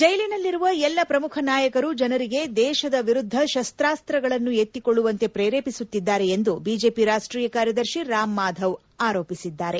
ಜೈಲಿನಲ್ಲಿರುವ ಎಲ್ಲ ಪ್ರಮುಖ ನಾಯಕರು ಜನರಿಗೆ ದೇಶದ ವಿರುದ್ಗ ಸಶ್ವಾಸ್ತಗಳನ್ನು ಎತ್ತಿಕೊಳ್ಳುವಂತೆ ಪ್ರೇರೆಪಿಸುತ್ತಿದ್ದಾರೆಂದು ಬಿಜೆಪಿ ರಾಷ್ಟೀಯ ಕಾರ್ಯದರ್ಶಿ ರಾಮ್ ಮಾಧವ್ ಆರೋಪಿಸಿದ್ದಾರೆ